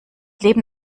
leben